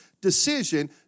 decision